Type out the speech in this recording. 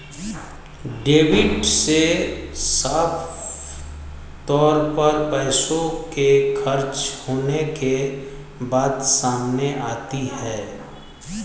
debit से साफ तौर पर पैसों के खर्च होने के बात सामने आती है